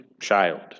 child